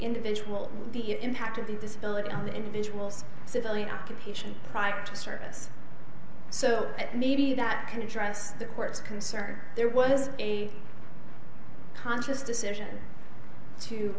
individual the impact of the disability on the individual's civilian occupation prior to service so that maybe that can address the court's concern there was a conscious decision to